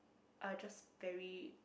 are just very